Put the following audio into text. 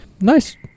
Nice